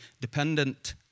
dependent